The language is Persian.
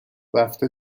رفته